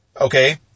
okay